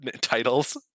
titles